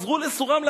חזרו לסורם .